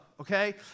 okay